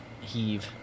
heave